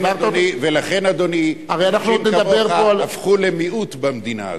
ולכן, אדוני, אנשים כמוך הפכו למיעוט במדינה הזאת.